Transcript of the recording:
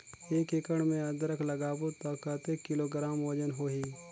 एक एकड़ मे अदरक लगाबो त कतेक किलोग्राम वजन होही?